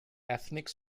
ethnic